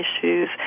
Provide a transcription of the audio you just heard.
issues